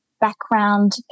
background